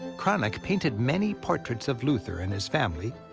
cranach painted many portraits of luther and his family,